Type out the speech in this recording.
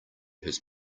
his